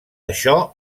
això